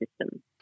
system